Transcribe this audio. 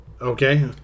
Okay